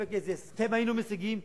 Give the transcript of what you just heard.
וספק איזה הסכם היינו משיגים,